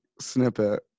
snippet